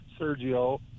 Sergio